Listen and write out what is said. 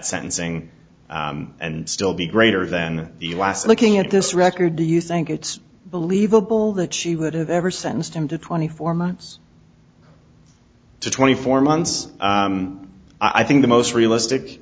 t sentencing and still be greater than the last looking at this record do you think it's believable that she would have ever sentenced him to twenty four months to twenty four months i think the most realistic